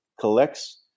collects